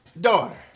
Daughter